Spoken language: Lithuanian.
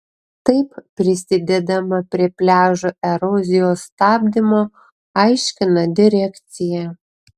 taip prisidedama prie pliažų erozijos stabdymo aiškina direkcija